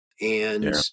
And-